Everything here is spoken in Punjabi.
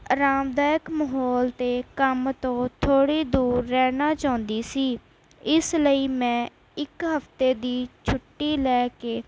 ਆਰਾਮਦਾਇਕ ਮਾਹੌਲ ਅਤੇ ਕੰਮ ਤੋਂ ਥੋੜ੍ਹੀ ਦੂਰ ਰਹਿਣਾ ਚਾਹੁੰਦੀ ਸੀ ਇਸ ਲਈ ਮੈਂ ਇੱਕ ਹਫ਼ਤੇ ਦੀ ਛੁੱਟੀ ਲੈ ਕੇ